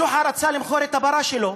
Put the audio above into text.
ג'וחא רצה למכור את הפרה שלו.